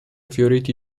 fioriti